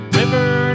river